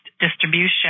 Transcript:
distribution